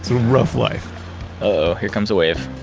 rough life uh-oh, here comes a wave.